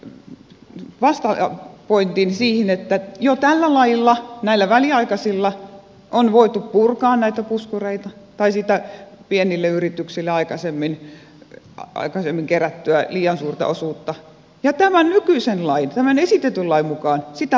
he esittivät vastapointin siihen että jo tällä lailla näillä väliaikaisilla on voitu purkaa näitä puskureita tai sitä pienille yrityksille aikaisemmin kerättyä liian suurta osuutta ja tämän nykyisen lain tämän esitetyn lain mukaan sitä voidaan purkaa